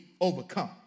overcome